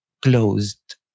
closed